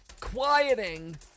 quieting